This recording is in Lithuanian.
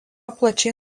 plačiai